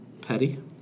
petty